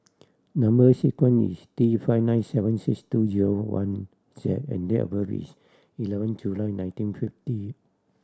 number sequence is T five nine seven six two zero one Z and date of birth is eleven July nineteen fifty